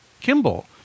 Kimball